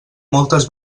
moltes